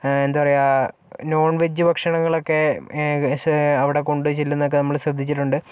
എന്താ പറയുക non veg ഭക്ഷണങ്ങളൊക്കെ അവിടെ കൊണ്ട് ചെല്ലുന്നതൊക്കെ നമ്മള് ശ്രദ്ധിച്ചിട്ടുണ്ട്